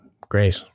Great